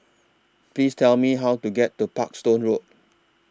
Please Tell Me How to get to Parkstone Road